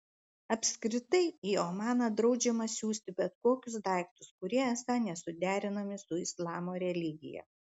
apskritai į omaną draudžiama siųsti bet kokius daiktus kurie esą nesuderinami su islamo religija